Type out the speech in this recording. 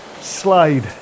slide